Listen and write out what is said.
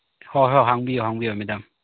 ꯍꯣꯏ ꯍꯣꯏ ꯍꯪꯕꯤꯌꯣ ꯍꯪꯕꯤꯌꯣ ꯃꯦꯗꯥꯝ